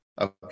Okay